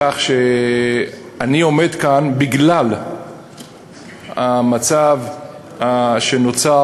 כך שאני עומד כאן בגלל המצב שנוצר,